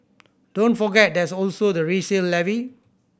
don't forget there's also the resale levy